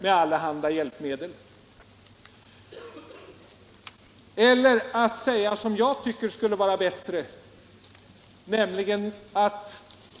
Eller skall vi, vilket jag tycker skulle vara bättre,